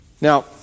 Now